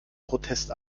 protest